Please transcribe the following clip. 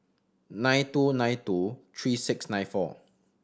nine two nine two three six nine four